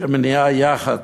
שמניעה יחד